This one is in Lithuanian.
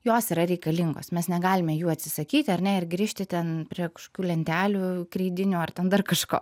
jos yra reikalingos mes negalime jų atsisakyti ar ne ir grįžti ten prie kažkokių lentelių kreidinių ar ten dar kažko